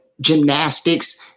gymnastics